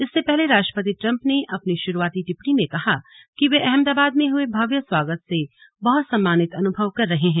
इससे पहले राष्ट्रपति ट्रंप ने अपनी शुरूआती टिप्पणी में कहा कि वे अहमदाबाद में हुए भव्य स्वागत से बहुत सम्मानित अनुभव कर रहे हैं